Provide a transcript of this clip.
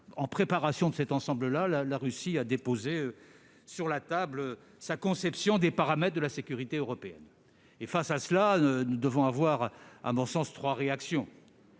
Préalablement à ces rencontres, la Russie a déposé sur la table sa conception des paramètres de la sécurité européenne. Face à cela, nous devons avoir, à mon sens, trois réactions.